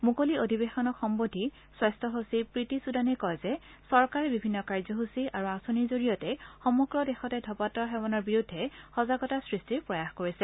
মুকলি অধিবেশনক সম্বোধী স্বাস্থ্য সচিব প্ৰীতি সুদানে কয় যে চৰকাৰে বিভিন্ন কাৰ্যসূচী আৰু আঁচনিৰ জৰিয়তে সমগ্ৰ দেশতে ধপাঁত সেৱনৰ বিৰুদ্ধে সজাগতা সৃষ্টিৰ প্ৰয়াস কৰিছে